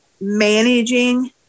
managing